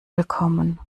willkommen